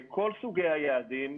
לכל סוגי היעדים,